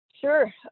Sure